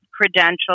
credential